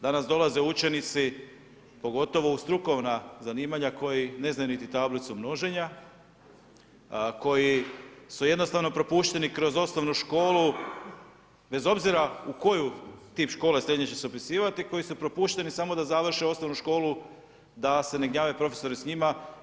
Danas dolaze učenici, pogotovo u strukovna zanimanja koji ne znaju niti tablicu množenja, koji su jednostavno propušteni kroz osnovnu školu bez obzira u koji tip škole srednje će se upisivati, koji su propušteni samo da završe osnovnu školu da se ne gnjave profesori s njima.